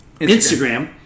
Instagram